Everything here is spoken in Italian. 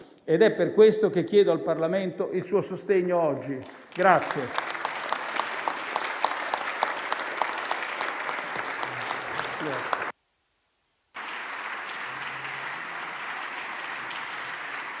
ed è per questo che chiedo al Parlamento il suo sostegno oggi.